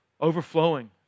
overflowing